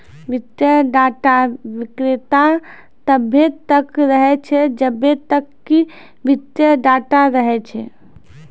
वित्तीय डेटा विक्रेता तब्बे तक रहै छै जब्बे तक कि वित्तीय डेटा रहै छै